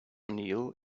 neil